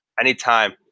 Anytime